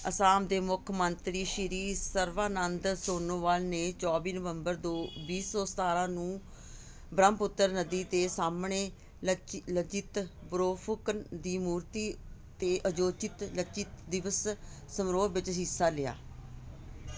ਅਸਾਮ ਦੇ ਮੁੱਖ ਮੰਤਰੀ ਸ਼੍ਰੀ ਸਰਬਾਨੰਦ ਸੋਨੋਵਾਲ ਨੇ ਚੌਵੀ ਨਵੰਬਰ ਦੋ ਵੀਹ ਸੌ ਸਤਾਰ੍ਹਾਂ ਨੂੰ ਬ੍ਰਹਮਪੁੱਤਰ ਨਦੀ ਦੇ ਸਾਹਮਣੇ ਲਚਿ ਲਚਿਤ ਬੋਰਫੁਕਨ ਦੀ ਮੂਰਤੀ 'ਤੇ ਆਯੋਜਿਤ ਲਚਿਤ ਦਿਵਸ ਸਮਾਰੋਹ ਵਿੱਚ ਹਿੱਸਾ ਲਿਆ